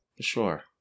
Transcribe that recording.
sure